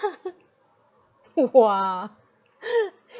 !wah!